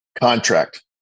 contract